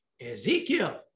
Ezekiel